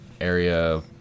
area